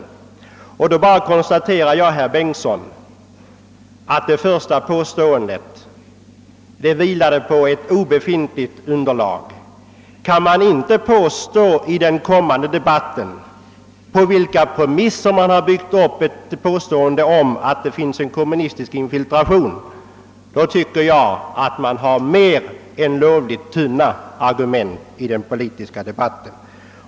Med anledning därav konstaterar jag bara, herr Bengtson, att det första påståendet vilade på ett obetydligt underlag. Kan man inte i debatten ange på vilka premisser man har byggt upp ett påstående om en kommunistisk infiltration, så tycker jag att man har mer än lovligt svaga argument i den politiska debatten.